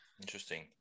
Interesting